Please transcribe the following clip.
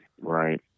right